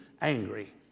angry